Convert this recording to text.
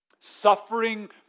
suffering